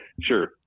Sure